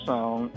Song